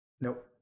Nope